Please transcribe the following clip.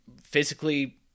physically